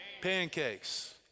pancakes